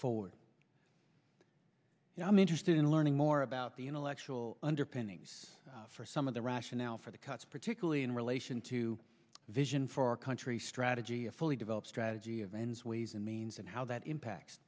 forward and i'm interested in learning more about the intellectual underpinnings for some of the rationale for the cuts particularly in relation to vision for our country strategy to fully develop strategy events ways and means and how that impacts